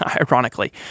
ironically